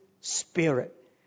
Spirit